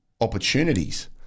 opportunities